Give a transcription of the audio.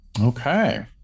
Okay